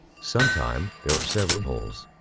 sometime there are several holes.